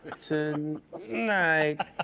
tonight